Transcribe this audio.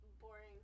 Boring